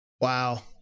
Wow